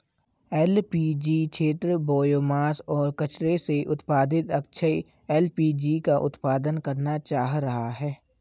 LPG क्षेत्र biomass और कचरे से उत्पादित अक्षय एल.पी.जी का उत्पादन करना चाह रहा है